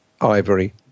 ivory